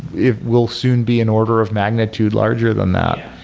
it will soon be in order of magnitude larger than that.